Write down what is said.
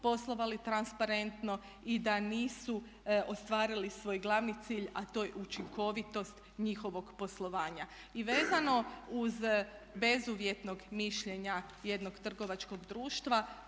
poslovali transparentno i da nisu ostvarili svoj glavni cilj a to je učinkovitost njihovog poslovanja. I vezano uz bezuvjetnog mišljenja jednog trgovačkog društva,